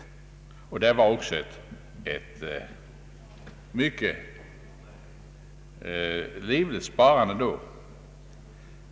Sparandet var också livligt då.